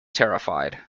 terrified